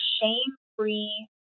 shame-free